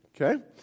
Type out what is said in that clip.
Okay